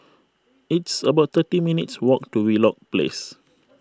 it's about thirty minutes' walk to Wheelock Place